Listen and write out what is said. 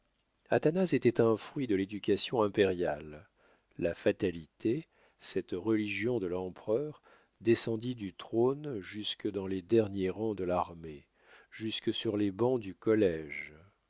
athanase était un fruit de l'éducation impériale la fatalité cette religion de l'empereur descendit du trône jusque dans les derniers rangs de l'armée jusque sur les bancs du collége